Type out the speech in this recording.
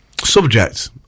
Subject